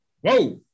Whoa